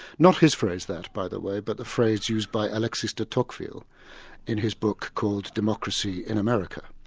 not his phrase, that, by the way, but the phrase used by alexis de tocqueville in his book called democracy in america.